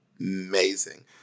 amazing